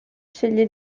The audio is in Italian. sceglie